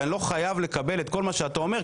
אבל אני לא חייב לקבל את כל מה שאתה אומר,